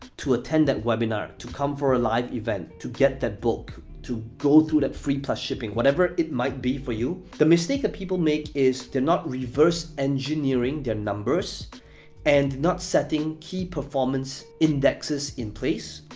to attend that webinar, to come for a live event, to get that book, to go through that free plus shipping. whatever it might be for you, the mistake that people make is they're not reverse engineering their numbers and not setting key performance indexes in place,